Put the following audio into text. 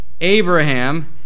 Abraham